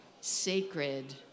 sacred